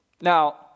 Now